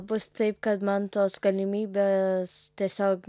bus taip kad man tos galimybės tiesiog